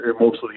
mostly